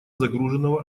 загруженного